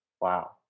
Wow